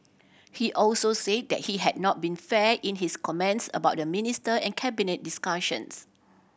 he also say that he had not been fair in his comments about the minister and Cabinet discussions